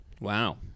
wow